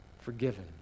forgiven